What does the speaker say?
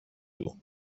του